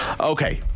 okay